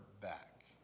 back